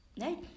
right